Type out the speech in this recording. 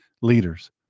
leaders